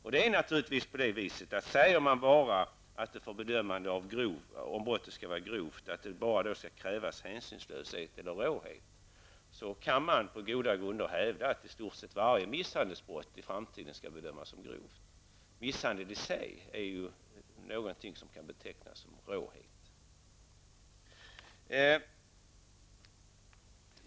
Säger man att det enbart skall vara fråga om hänsynslöshet eller råhet för att ett misshandelsbrott skall bedömas som grovt, då kan det på goda grunder hävdas att i stort sett varje misshandelsbrott i framtiden skall bedömas som grovt. Misshandel i sig är ju något som måste betecknas som råhet.